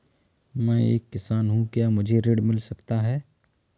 मैं एक किसान हूँ क्या मुझे ऋण मिल सकता है?